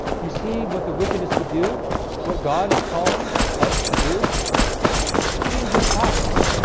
you see what the wicked is to do what god is calling us to do change your thoughts.